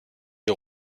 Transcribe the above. les